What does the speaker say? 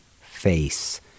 face